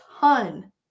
ton